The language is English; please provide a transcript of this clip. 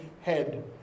head